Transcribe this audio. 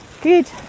Good